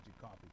coffee